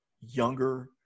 younger